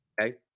Okay